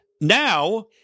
now